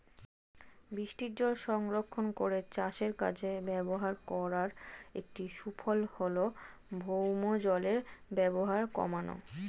বৃষ্টিজল সংরক্ষণ করে চাষের কাজে ব্যবহার করার একটি সুফল হল ভৌমজলের ব্যবহার কমানো